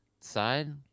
side